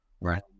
Right